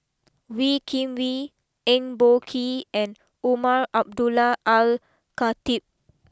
Wee Kim Wee Eng Boh Kee and Umar Abdullah AlKhatib